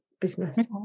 business